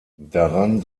daran